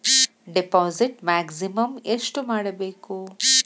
Deposit maximum ಎಷ್ಟು ಮಾಡಬೇಕು?